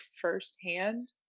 firsthand